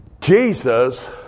Jesus